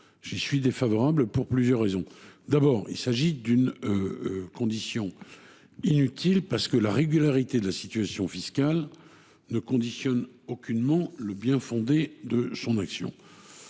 J’y suis défavorable, pour plusieurs raisons. Il s’agit d’une condition inutile, car la régularité de la situation fiscale ne conditionne aucunement le bien fondé de l’action.